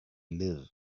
live